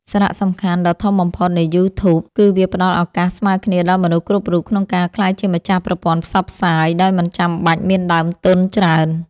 សារៈសំខាន់ដ៏ធំបំផុតនៃយូធូប គឺវាផ្តល់ឱកាសស្មើគ្នាដល់មនុស្សគ្រប់រូបក្នុងការក្លាយជាម្ចាស់ប្រព័ន្ធផ្សព្វផ្សាយដោយមិនចាំបាច់មានដើមទុនច្រើន។